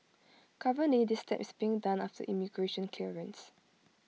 currently this step is being done after immigration clearance